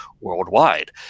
worldwide